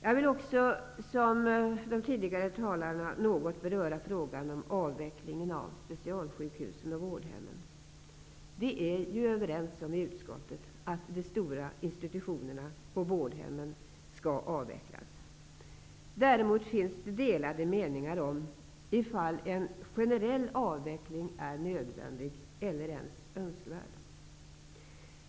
Jag vill också som de tidigare talarna något beröra frågan om avvecklingen av specialsjukhusen och vårdhemmen. I utskottet är vi ju överens om att de stora institutionerna och vårdhemmen skall avvecklas. Däremot finns det delade meningar om ifall en generell avveckling är nödvändig eller ens önskvärd.